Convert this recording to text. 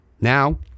Now